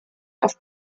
auf